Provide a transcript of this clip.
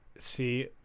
See